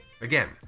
Again